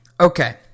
Okay